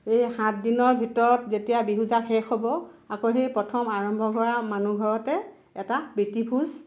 সেই সাত দিনৰ ভিতৰত যেতিয়া বিহু জাক শেষ হ'ব আকৌ সেই প্ৰথম আৰম্ভ হোৱা মানুহ ঘৰতে এটা প্ৰীতি ভোজ